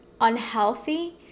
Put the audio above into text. unhealthy